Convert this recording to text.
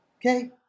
Okay